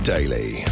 Daily